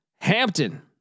Hampton